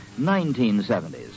1970s